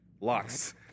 locks